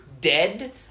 dead